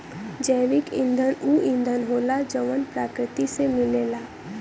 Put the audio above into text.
जैविक ईंधन ऊ ईंधन होला जवन प्रकृति से मिलेला